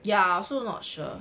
ya I also not sure